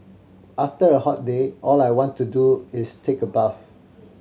after a hot day all I want to do is take a bath